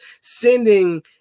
sending